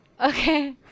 Okay